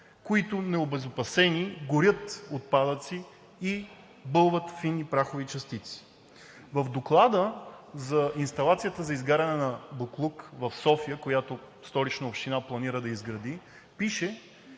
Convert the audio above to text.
които необезопасени горят отпадъци и бълват фини прахови частици. В доклада за инсталацията за изгаряне на боклук в София, която Столична община планира да изгради, пише,